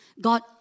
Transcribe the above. God